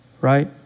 right